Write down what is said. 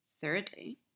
Thirdly